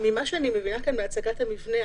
ממה שאני מבינה כאן מהצגת המבנה,